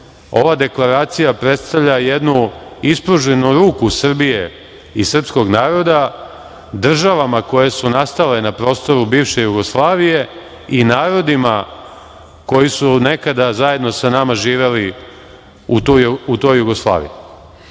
Ova deklaracija predstavlja jednu ispruženu ruku Srbije i srpskog naroda državama koje su nastale na prostoru bivše Jugoslavije i narodima koji su nekada zajedno sa nama živeli u toj Jugoslaviji.Međutim,